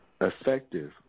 effective